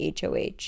HOH